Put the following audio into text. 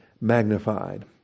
magnified